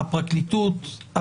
הפרקליטות,